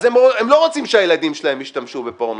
אז הם לא רוצים שהילדים שלהם השתמשו בפורנו.